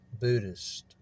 Buddhist